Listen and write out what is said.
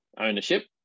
ownership